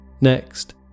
Next